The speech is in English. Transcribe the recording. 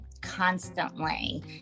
constantly